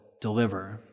deliver